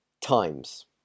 times